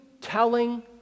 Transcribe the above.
telling